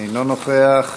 אינו נוכח,